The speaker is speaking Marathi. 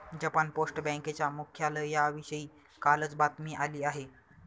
जपान पोस्ट बँकेच्या मुख्यालयाविषयी कालच बातमी आली आहे